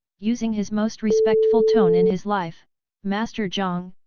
using his most respectful tone in his life master jiang,